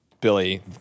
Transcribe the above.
Billy